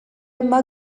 yma